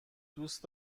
دوست